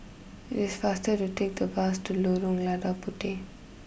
it is faster to take the bus to Lorong Lada Puteh